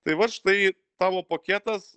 tai vat štai tavo poketas